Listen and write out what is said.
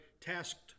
tasked